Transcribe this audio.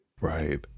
Right